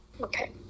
okay